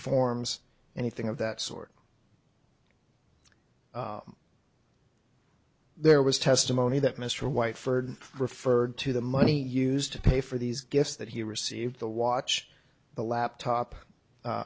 forms anything of that sort there was testimony that mr white furred referred to the money used to pay for these gifts that he received the watch the laptop